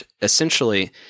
Essentially